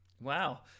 Wow